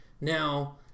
Now